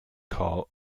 called